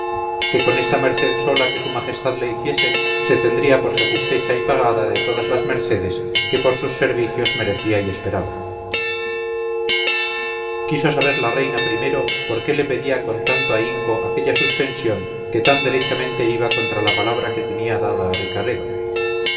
que con esta merced sola que su majestad le hiciese se tendría por satisfecha y pagada de todas las mercedes que por sus servicios merecía y esperaba quiso saber la reina primero por qué le pedía con tanto ahínco aquella suspensión que tan derechamente iba contra la palabra que tenía dada a ricaredo